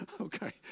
Okay